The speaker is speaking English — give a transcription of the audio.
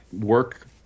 work